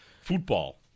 Football